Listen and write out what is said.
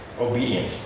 obedient